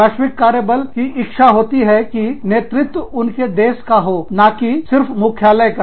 वैश्विक कार्यबल इच्छा होती है कि नेतृत्व उनके देश का हो ना कि सिर्फ मुख्यालय का